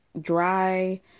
dry